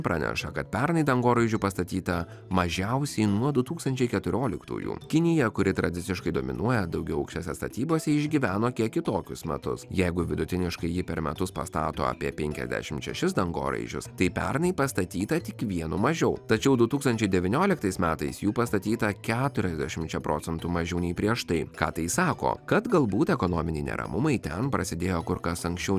praneša kad pernai dangoraižių pastatyta mažiausiai nuo du tūkstančiai keturioliktųjų kinija kuri tradiciškai dominuoja daugiaaukštėse statybose išgyveno kiek kitokius metus jeigu vidutiniškai ji per metus pastato apie penkiasdešimt šešis dangoraižius tai pernai pastatyta tik vienu mažiau tačiau du tūkstančiai devynioliktais metais jų pastatyta keturiasdešimčia procentų mažiau nei prieš tai ką tai sako kad galbūt ekonominiai neramumai ten prasidėjo kur kas anksčiau